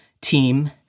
team